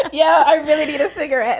yeah. i really need to figure,